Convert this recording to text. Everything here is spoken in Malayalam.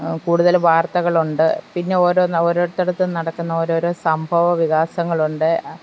കൂടുതൽ വാർത്തകളുണ്ട് പിന്നെ ഓരോ ഓരോന്ന് ഓരോത്തിടത്തും നടക്കുന്ന ഓരോരോ സംഭവ വികാസങ്ങളുണ്ട്